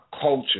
culture